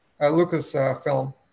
Lucasfilm